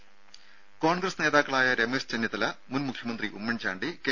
ദേദ കോൺഗ്രസ് നേതാക്കളായ രമേശ് ചെന്നിത്തല മുൻ മുഖ്യമന്ത്രി ഉമ്മൻ ചാണ്ടി കെ